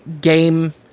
Game